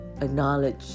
acknowledge